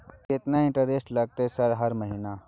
केतना इंटेरेस्ट लगतै सर हर महीना?